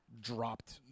Dropped